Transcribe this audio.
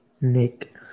Nick